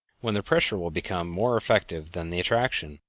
when the pressure will become more effective than the attraction,